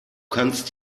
kannst